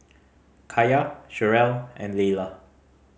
Kaya Cherrelle and Laylah